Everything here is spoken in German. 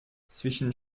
zwischen